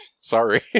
sorry